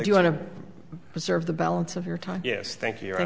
you want to preserve the balance of your time yes thank you